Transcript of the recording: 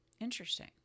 Interesting